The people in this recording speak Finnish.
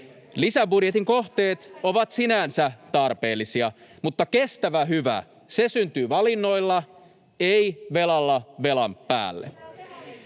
Lisäbudjetin kohteet ovat sinänsä tarpeellisia, mutta kestävä hyvä syntyy valinnoilla, ei velalla velan päälle.